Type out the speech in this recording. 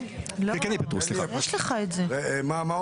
יהיה פטור, סליחה.